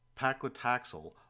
paclitaxel